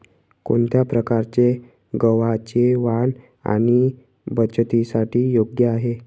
कोणत्या प्रकारचे गव्हाचे वाण पाणी बचतीसाठी योग्य आहे?